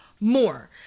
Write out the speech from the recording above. more